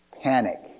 panic